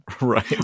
Right